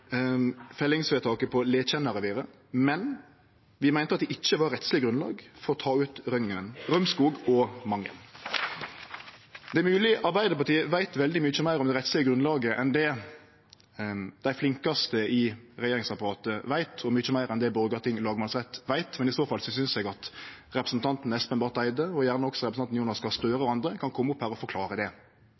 fellingsvedtaket på Letjenna-reviret, men vi meinte at det ikkje var rettsleg grunnlag for å ta ut Rømskog- og Mangen-revira. Det er mogleg Arbeiderpartiet veit veldig mykje meir om det rettslege grunnlaget enn det dei flinkaste i regjeringsapparatet veit, og mykje meir enn det Borgarting lagmannsrett veit, men i så fall synest eg at representanten Espen Barth Eide, og gjerne også representanten Jonas Gahr Støre og andre, kan kome opp her og forklare det.